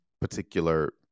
particular